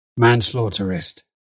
manslaughterist